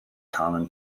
common